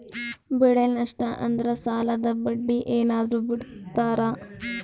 ಬೆಳೆ ನಷ್ಟ ಆದ್ರ ಸಾಲದ ಬಡ್ಡಿ ಏನಾದ್ರು ಬಿಡ್ತಿರಾ?